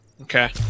Okay